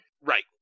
Right